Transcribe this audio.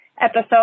episode